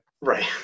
Right